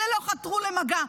אלה לא חתרו למגע.